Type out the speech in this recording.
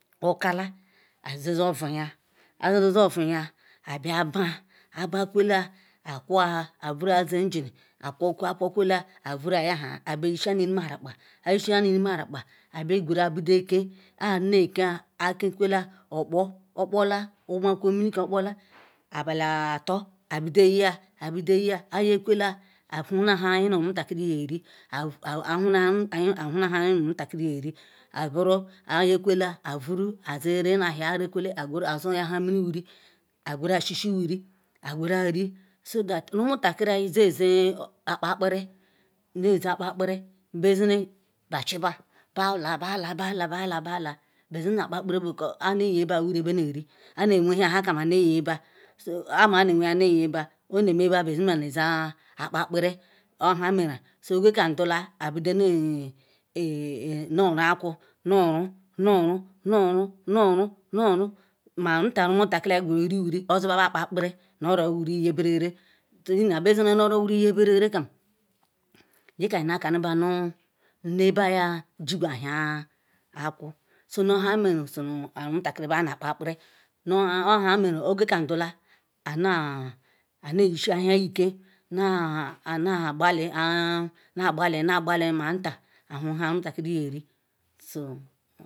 Bukala azizi yeovuya azizi ye ovuya, abia abea, abaakwuole, aqwua, avara jie engini aqwukwuya aqwukuiolaya avuru yahaa abeyi sha nu hne rakpa ayishikwole nu hne rakpa, abeqwera bido-eken ahadinekea, akekuwla okpo, okpola wuqwakwoi minikam okpola abaliutor abido eaya, ayekwole ahuna nha ayinuomutakiri yeri ahuna nha ayinu-omutakiri yeri aburu ayekwole avuru azire na ahia, arekwola aqweru azuhia nha mimwuri aqwera shishi mimwuri qwera ri so that omutairiyi zizin akpa-akpa akperi nezi akpa-akperi, nezine ba-ch-baa baala baala bala bedina kpa akperi oge ka obu aneyeba wuri beneri anyi newe-hianhakam aneyeba so kpam aneweye neyeba, aneme badu ozane zi akpa-akpa-akperi oha meriya so oge kam duca, abido nu oruaku nuoru nuoru nuoru nuoru nia nta omutakiri qweru neru wuri oziba kpa-akpa-akper nu oro wuri nye-berere Ihena bezile nu-oro-wuri nyeberekam. nyeka yekanuba nu nnebaya jigwo awhi aku so nonhu nmeru so omutakiriba na-akpa-akpa-akperi. Oha meru ogekam dula adina aneyisiawhuanyi Ike ane-agbali nagbali nmanta ahuha amu-takiri yeri sooo